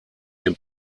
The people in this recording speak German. dem